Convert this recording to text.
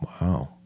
Wow